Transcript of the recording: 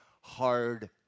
hard